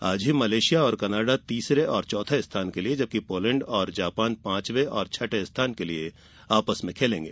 आज ही मलेशिया और कनाडा तीसरे और चौथे स्थान के लिए तथा पोलैंड और जापान पांचवें और छठे स्थान के लिए खेलेंगे